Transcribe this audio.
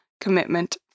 commitment